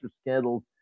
Scandals